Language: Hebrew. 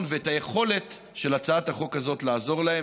ואת היכולת של הצעת החוק הזאת לעזור להם.